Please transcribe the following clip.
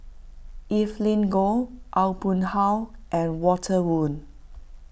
Evelyn Goh Aw Boon Haw and Walter Woon